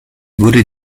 wurde